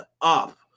up